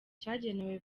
cyagenewe